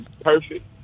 perfect